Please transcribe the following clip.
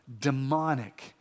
demonic